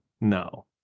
no